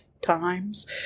times